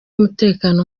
umutekano